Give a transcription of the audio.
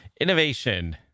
innovation